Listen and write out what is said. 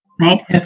right